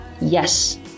Yes